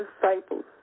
disciples